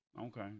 Okay